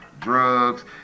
drugs